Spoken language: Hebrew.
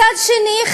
מצד שני,